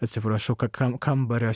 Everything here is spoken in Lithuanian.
atsiprašau ka kam kambario